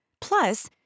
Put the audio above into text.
Plus